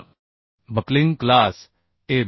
तर buckling class ए